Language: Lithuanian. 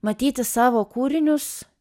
matyti savo kūrinius